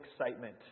excitement